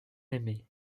aimée